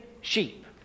sheep